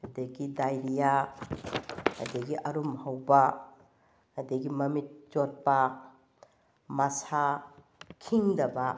ꯑꯗꯒꯤ ꯗꯥꯏꯔꯤꯌꯥ ꯑꯗꯒꯤ ꯑꯔꯨꯝ ꯍꯧꯕ ꯑꯗꯒꯤ ꯃꯃꯤꯠ ꯆꯣꯠꯄ ꯃꯁꯥ ꯈꯤꯡꯗꯕ